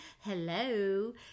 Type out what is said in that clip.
Hello